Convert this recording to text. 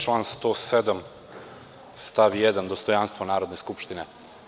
Član 107. stav 1. dostojanstvo Narodne skupštine.